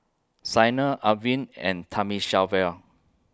Sanal Arvind and Thamizhavel